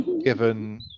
given